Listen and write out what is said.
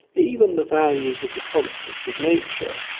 even the values of the constants of nature,